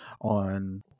on